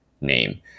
name